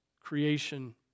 creation